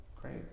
Great